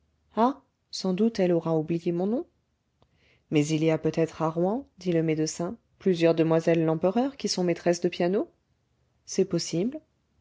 sans doute elle aura oublié mon nom mais il y a peut-être à rouen dit le médecin plusieurs demoiselles lempereur qui sont maîtresses de piano c'est possible